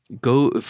go